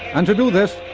and to do this,